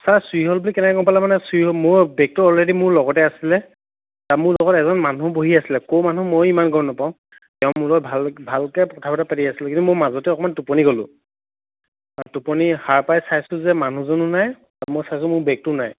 sir চুৰি হ'ল বুলি কেনেকৈ গম পালে মানে মোৰ বেগটো অলৰেডি মোৰ লগতে আছিলে মোৰ লগত এজন মানুহ বহি আছিলে ক'ৰ মানুহ ময়ো ইমান গম নাপাওঁ তেওঁ মোৰ লগত ভাল ভালকৈ কথা বতৰা পাতি আছিল কিন্তু মই মাজতে অকণমান টোপনি গ'লো টোপনি সাৰ পাই চাইছো যে মানুহজনো নাই আৰু মই চাইছোঁ মোৰ বেগটোও নাই